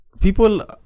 People